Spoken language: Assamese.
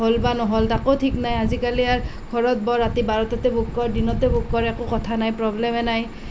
হ'ল বা নহ'ল তাকো ঠিক নাই আজিকালি আৰু ঘৰত বহ ৰাতি বাৰটাতো বুক কৰ দিনতো বুক কৰ একো কথা নাই প্ৰব্লেমে নাই